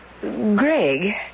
Greg